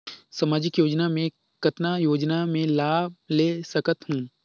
समाजिक योजना मे कतना योजना मे लाभ ले सकत हूं?